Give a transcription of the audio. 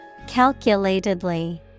calculatedly